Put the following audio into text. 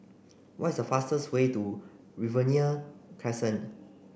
what's the fastest way to Riverina Crescent